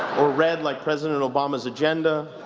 or red like president obama's agenda